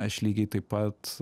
aš lygiai taip pat